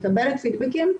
מקבלת פידבקים,